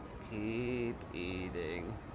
kee-ee-p eating.